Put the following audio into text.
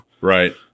right